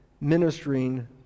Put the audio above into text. ministering